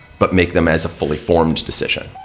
but make them as a fully formed decision.